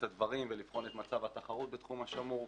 הדברים ולבחון את מצב התחרות בתחום השמור.